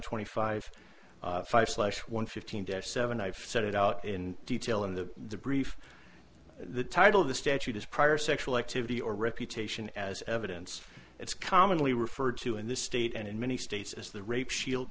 twenty five five slash one fifteen to seven i've said it out in detail in the brief the title of the statute is prior sexual activity or reputation as evidence it's commonly referred to in this state and in many states as the rape shield